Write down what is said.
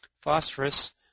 phosphorus